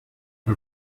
her